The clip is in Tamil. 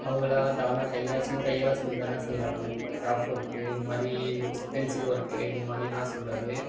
அவங்களா தானாக கையால் சும்மா கையால் செஞ்சு தானே செய்கிறாங்க இந்த மாதிரி கிராஃப் ஒர்க்கு இது மாதிரி பென்சில் ஒர்க்கு இது மாதிரிலாம் சொல்கிறது